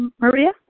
Maria